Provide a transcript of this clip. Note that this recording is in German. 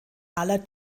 aller